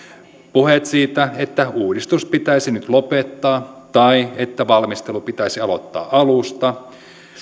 puheet siitä että uudistus pitäisi nyt lopettaa tai että valmistelu pitäisi aloittaa alusta